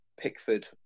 Pickford